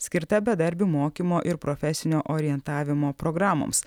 skirta bedarbių mokymo ir profesinio orientavimo programoms